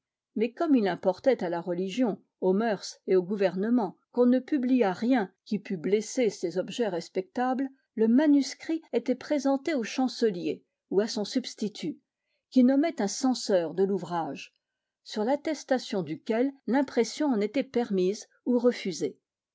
mais comme il importait à la religion aux mœurs et au gouvernement qu'on ne publiât rien qui pût blesser ces objets respectables le manuscrit était présenté au chancelier ou à son substitut qui nommait un censeur de l'ouvrage sur l'attestation duquel l'impression en était permise ou refusée